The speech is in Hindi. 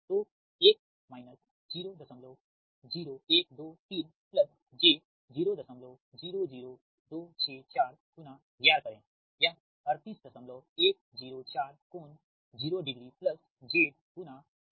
तो 1 00123 j000264 गुणा VR करें यह 38104 कोण 0 डिग्री प्लस Z गुणा IR